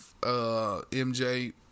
MJ